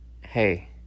Hey